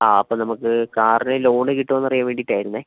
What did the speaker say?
ആ അപ്പം നമുക്ക് കാറിനു ലോൺ കിട്ടുവോന്നറിയാൻ വേണ്ടീട്ടാരുന്നെ